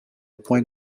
point